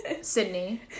Sydney